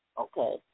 Okay